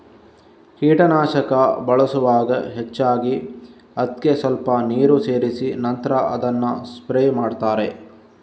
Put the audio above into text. ಕೀಟನಾಶಕ ಬಳಸುವಾಗ ಹೆಚ್ಚಾಗಿ ಅದ್ಕೆ ಸ್ವಲ್ಪ ನೀರು ಸೇರಿಸಿ ನಂತ್ರ ಅದನ್ನ ಸ್ಪ್ರೇ ಮಾಡ್ತಾರೆ